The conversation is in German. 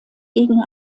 gegen